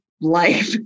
life